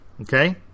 okay